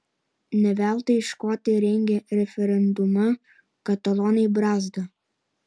ne veltui škotai rengė referendumą katalonai brazda